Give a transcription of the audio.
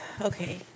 Okay